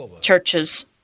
churches